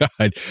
God